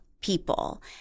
people